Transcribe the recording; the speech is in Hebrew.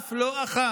אף לא אחת.